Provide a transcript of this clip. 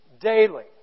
daily